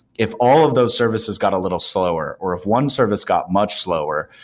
if all of those services got a little slower or if one service got much slower,